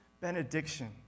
benediction